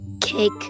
Cake